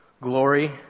glory